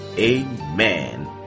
amen